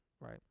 right